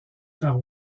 par